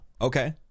Okay